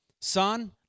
Son